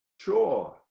sure